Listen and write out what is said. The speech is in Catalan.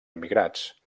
emigrats